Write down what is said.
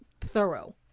thorough